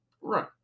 Right